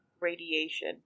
radiation